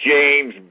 James